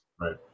Right